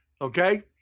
Okay